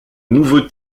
nouveau